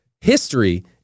history